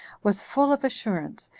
was full of assurance,